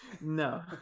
No